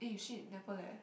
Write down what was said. eh shit never leh